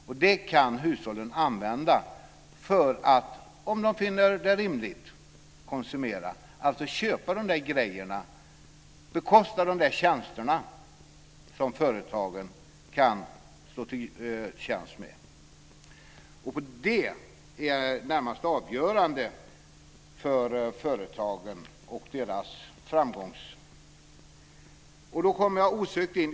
Dessa pengar kan hushållen använda för att konsumera, alltså köpa de produkter eller tjänster som företagen producerar. Det är närmast avgörande för företagens framgång. Fru talman!